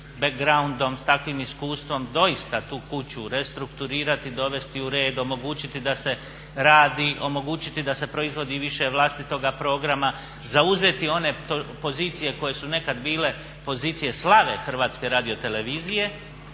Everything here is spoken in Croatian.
backgroundom s takvim iskustvom doista tu kuću restrukturirati, dovesti u red, omogućiti da se radi, omogućiti da se proizvodi više vlastitoga programa, zauzeti one pozicije koje su nekada bile pozicije slave HRT-a onda je